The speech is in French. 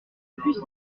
plus